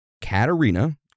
Katerina